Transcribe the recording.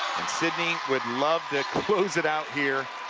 and sidney would love to close it out here